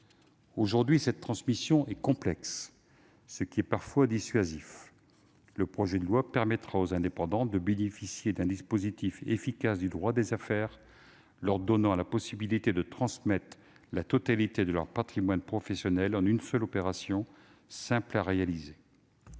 Aujourd'hui, cette transmission est complexe, ce qui est parfois dissuasif. Les dispositions de ce projet de loi permettront aux indépendants de bénéficier d'un dispositif efficace du droit des affaires, donnant à ces professionnels la possibilité de transmettre la totalité de leur patrimoine professionnel en une seule opération, simple à réaliser.